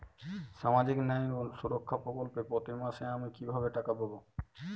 সামাজিক ন্যায় ও সুরক্ষা প্রকল্পে প্রতি মাসে আমি কিভাবে টাকা পাবো?